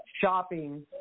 shopping